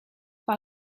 par